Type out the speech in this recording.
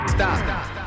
Stop